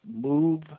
move